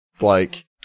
like-